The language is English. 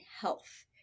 health